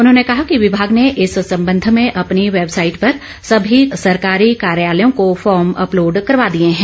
उन्होंने कहा कि विभाग ने इस संबंध में अपनी वैबसाईट पर सभी सरकारी कार्यालयों को फार्म अपलोड करवा दिए हैं